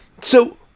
So-